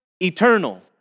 eternal